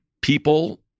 people